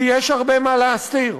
כי יש הרבה מה להסתיר.